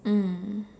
mm